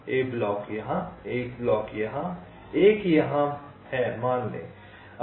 एक ब्लॉक यहां एक ब्लॉक यहां एक ब्लॉक यहां